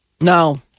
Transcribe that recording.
No